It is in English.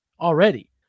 already